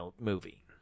movie